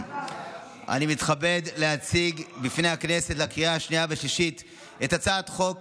אני מתכבד להציג בפני הכנסת לקריאה השנייה ולקריאה השלישית את הצעת חוק